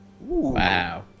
Wow